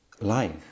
life